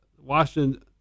Washington